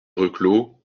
reclos